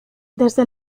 desde